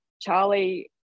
Charlie